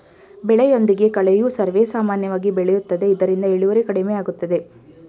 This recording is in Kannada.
ಬೆಳೆಯೊಂದಿಗೆ ಕಳೆಯು ಸರ್ವೇಸಾಮಾನ್ಯವಾಗಿ ಬೆಳೆಯುತ್ತದೆ ಇದರಿಂದ ಇಳುವರಿ ಕಡಿಮೆಯಾಗುತ್ತದೆ